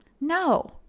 No